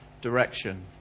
direction